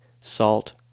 salt